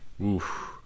Oof